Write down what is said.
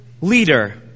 leader